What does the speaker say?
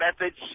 methods